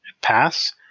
pass